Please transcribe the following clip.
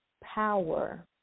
power